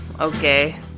Okay